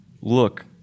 look